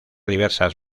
diversas